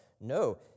no